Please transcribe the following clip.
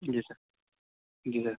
جی sir جی سر